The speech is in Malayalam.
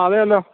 അതേല്ലോ